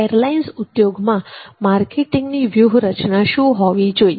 airlines ઉદ્યોગમાં માર્કેટિંગની વ્યૂહરચના શું હોવી જોઈએ